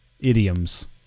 Idioms